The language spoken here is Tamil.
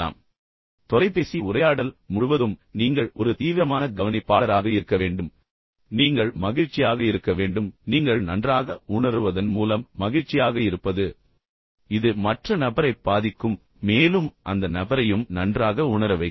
மிகவும் வரவேற்கத்தக்கது போன்றவை தொலைபேசி உரையாடல் முழுவதும் நீங்கள் ஒரு தீவிரமான கவனிப்பாளராக இருக்க வேண்டும் நீங்கள் மகிழ்ச்சியாக இருக்க வேண்டும் ஏனென்றால் நீங்கள் நன்றாக உணருவதன் மூலம் மகிழ்ச்சியாக இருப்பது இது மற்ற நபரைப் பாதிக்கும் மேலும் அந்த நபரையும் நன்றாக உணர வைக்கும்